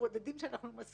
יש